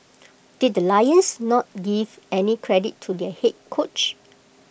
did lions not give any credit to their Head coach